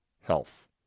health